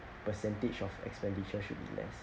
percentage of expenditure should be less